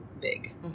big